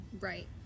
Right